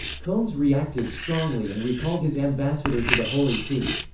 combes reacted strongly and recalled his ambassador to the holy see.